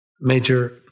Major